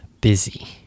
busy